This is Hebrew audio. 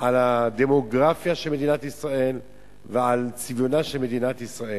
על הדמוגרפיה של מדינת ישראל ועל צביונה של מדינת ישראל.